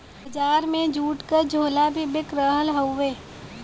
बजार में जूट क झोला भी बिक रहल हउवे